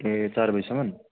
ए चार बजीसम्म